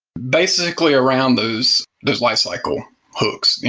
basically around those those lifecycle hooks,